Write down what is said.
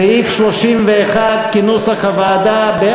סעיף 31, כהצעת הוועדה, נתקבל.